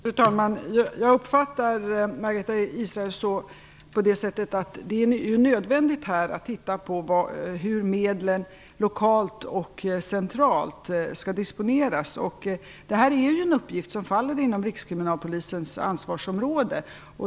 Fru talman! Jag uppfattar Margareta Israelsson på det sättet att det är nödvändigt här att titta på hur medlen lokalt och centralt skall disponeras. Det här är en uppgift som faller inom Rikskriminalpolisens ansvarsområde.